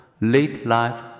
late-life